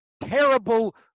terrible